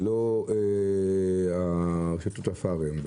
ולא רשתות הפארם,